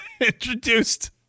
introduced